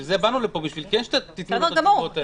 בשביל זה באנו לפה, כדי שכן תתנו את התשובות האלה.